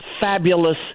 fabulous